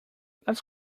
let’s